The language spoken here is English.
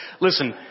Listen